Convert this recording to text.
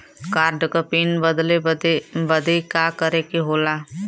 Card क PIN बदले बदी का करे के होला?